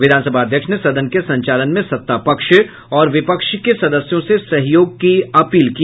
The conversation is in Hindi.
विधानसभा अध्यक्ष ने सदन के संचालन में सत्तापक्ष और विपक्ष के सदस्यों से सहयोग की अपील की